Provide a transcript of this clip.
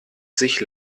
sich